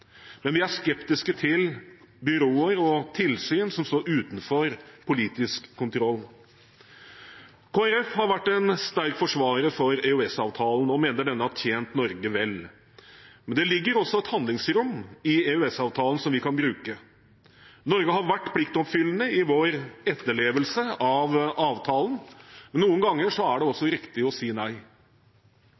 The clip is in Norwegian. men vi er skeptiske til byråer og tilsyn som står utenfor politisk kontroll. Kristelig Folkeparti har vært en sterk forsvarer av EØS-avtalen og mener den har tjent Norge vel. Men det ligger også et handlingsrom i EØS-avtalen som vi kan bruke. Norge har vært pliktoppfyllende i vår etterlevelse av avtalen, men noen ganger er det også riktig å si nei.